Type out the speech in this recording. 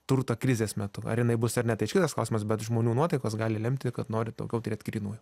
turtą krizės metu ar jinai bus ar ne tai čia kitas klausimas bet žmonių nuotaikos gali lemti kad nori daugiau turėt grynųjų